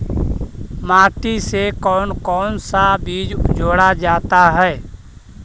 माटी से कौन कौन सा बीज जोड़ा जाता है?